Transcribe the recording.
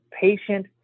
patient